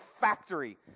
factory